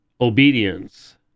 obedience